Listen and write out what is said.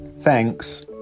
Thanks